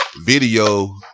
video